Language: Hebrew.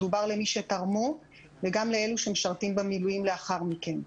מדובר על מי שתרמו וגם לאלה שמשרתים במילואים לאחר מכן.